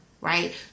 right